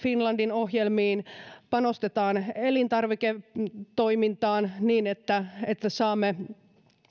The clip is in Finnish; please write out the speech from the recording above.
finlandin ohjelmiin panostetaan elintarviketoimintaan niin että että saamme